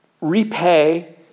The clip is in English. repay